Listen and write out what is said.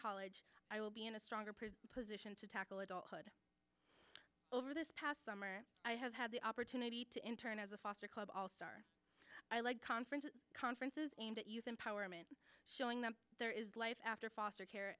college i will be in a stronger position to tackle adulthood over this past summer i have had the opportunity to intern as a foster club all star i lead conferences conferences aimed at youth empowerment showing that there is life after foster care